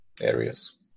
areas